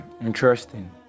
interesting